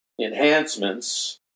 enhancements